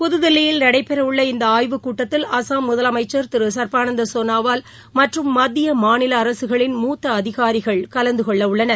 புதுதில்லியில் நடைபெறவுள்ள இந்த ஆய்வுக் கூட்டத்தில் அஸ்ஸாம் முதலமைச்சர் திரு சர்பானந்தா சோனாவால் மற்றும் மத்திய மாநில அரசுகளின் மூத்த அதிகாரிகள் கலந்துகொள்ள உள்ளனர்